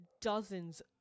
dozens